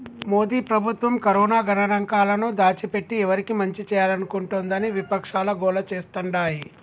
మోదీ ప్రభుత్వం కరోనా గణాంకాలను దాచిపెట్టి ఎవరికి మంచి చేయాలనుకుంటోందని విపక్షాలు గోల చేస్తాండాయి